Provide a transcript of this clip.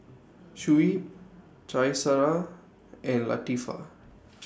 Shuib Qaisara and Latifa